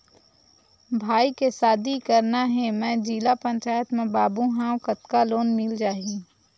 भाई के शादी करना हे मैं जिला पंचायत मा बाबू हाव कतका लोन मिल जाही?